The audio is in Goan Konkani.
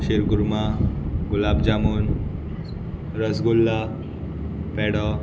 शिरकुरमा गुलाब जामून रसगुल्ला पेडो